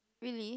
really